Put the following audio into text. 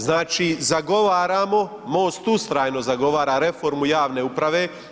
Znači zagovaramo, MOST ustrajno zagovara reformu javne uprave.